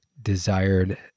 desired